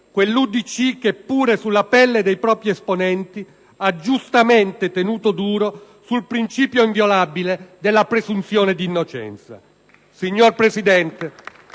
quell'UDC che pure sulla pelle dei propri esponenti ha giustamente tenuto duro sul principio inviolabile della presunzione di innocenza. *(Applausi